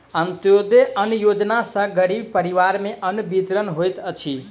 अन्त्योदय अन्न योजना सॅ गरीब परिवार में अन्न वितरण होइत अछि